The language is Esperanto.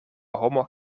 homo